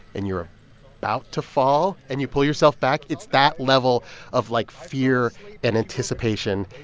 and you're about to fall, and you pull yourself back. it's that level of, like, fear and anticipation.